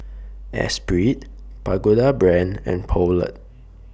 Esprit Pagoda Brand and Poulet